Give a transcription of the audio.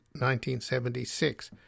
1976